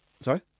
Sorry